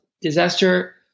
disaster